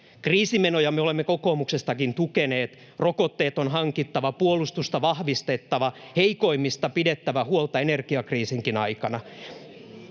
Kriisimenoja me olemme kokoomuksestakin tukeneet: rokotteet on hankittava, puolustusta vahvistettava, heikoimmista pidettävä huolta energiakriisinkin aikana.